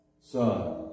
Son